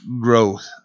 growth